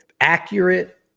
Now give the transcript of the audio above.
accurate